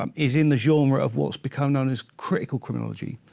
um is in the genre of what's become known as critical criminology.